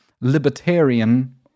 Libertarian